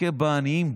מכה בעניים.